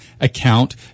account –